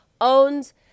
owns